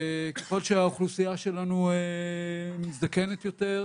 ככל שהאוכלוסייה שלנו מזדקנת יותר,